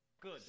Good